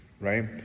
right